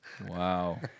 Wow